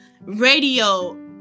Radio